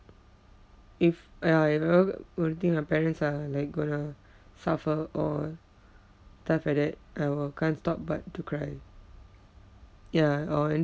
if I I ever were to think my parents are like going to suffer or stuff like that I will can't stop but to cry ya or